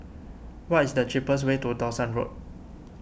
what is the cheapest way to Dawson Road